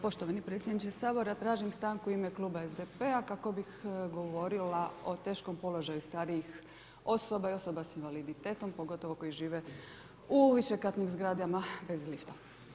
Poštovani predsjedniče Sabora, tražim stanku u ime Kluba SDP-a kako bih govorila o teškom položaju starijih osoba i osoba s invaliditetom, pogotovo koji žive u višekatnim zgradama bez lifta.